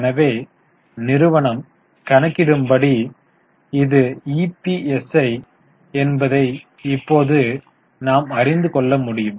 எனவே நிறுவனம் கணக்கிடும்படி இது இபிஎஸ் என்பதை இப்போது நாம் அறிந்து கொள்ள முடியும்